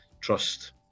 trust